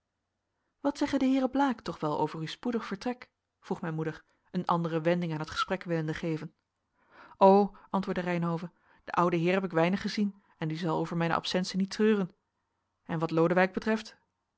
wat zeggen de heeren blaek toch wel over uw spoedig vertrek vroeg mijn moeder een andere wending aan het gesprek willende geven o antwoordde reynhove den ouden heer heb ik weinig gezien en die zal over mijne absentie niet treuren en wat lodewijk betreft